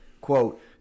Quote